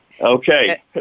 Okay